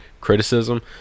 criticism